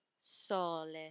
sole